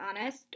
honest